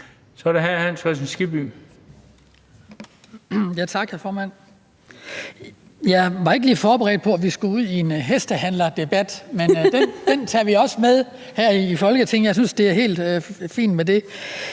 Kl. 18:40 Hans Kristian Skibby (DF): Tak, hr. formand. Jeg var ikke lige forberedt på, at vi skulle ud i en hestehandlerdebat, men den tager vi også med her i Folketinget. Jeg synes, det er helt fint med det.